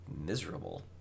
miserable